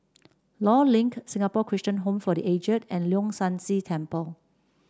Law Link Singapore Christian Home for The Aged and Leong San See Temple